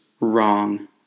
wrong